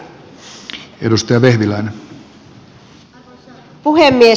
arvoisa puhemies